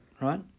right